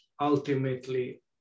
ultimately